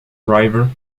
river